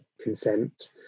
consent